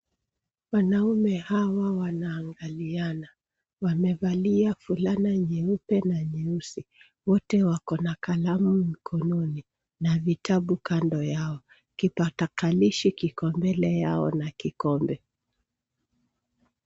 Wanaume hawa wanaangaliana. Wamevalia fulana nyeupe na nyeusi. Wote wako na kalamu mkononi na vitabu kando yao. Kipakatalishi kiko mbele yao na kikombe.